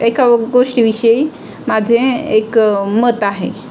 एका गोष्टीविषयी माझे एक मत आहे